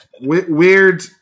Weird